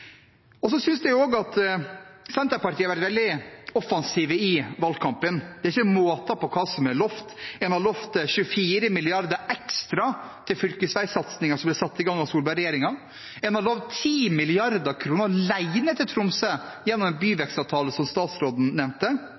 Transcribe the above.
Så synes jeg også at Senterpartiet har vært veldig offensive i valgkampen. Det er ikke måte på hva som er lovet: En har lovet 24 mrd. kr ekstra til fylkesveisatsinger som ble satt i gang av Solberg-regjeringen. En har lovet 10 mrd. kr alene til Tromsø gjennom en byvekstavtale, som statsråden nevnte.